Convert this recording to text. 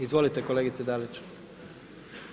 Izvolite kolegice Dalić.